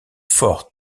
fort